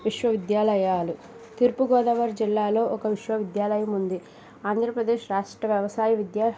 విశ్వవిద్యాలయాలు తూర్పుగోదావరి జిల్లాలో ఒక విశ్వవిద్యాలయం ఉంది ఆంధ్రప్రదేశ్ రాష్ట్ర వ్యవసాయ విద్యా